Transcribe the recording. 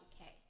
okay